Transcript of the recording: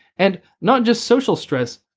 and, not just social stress,